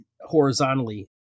horizontally